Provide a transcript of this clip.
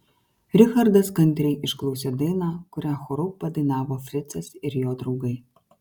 richardas kantriai išklausė dainą kurią choru padainavo fricas ir jo draugai